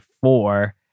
four